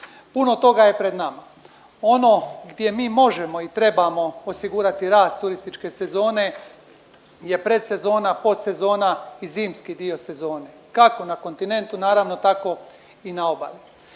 Puno toga je pred nama. Ono gdje mi možemo i trebamo osigurati rast turističke sezone je predzona, postsezona i zimski dio sezone. Kako na kontinentu, naravno, tako i na obali.